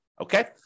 Okay